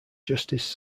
justice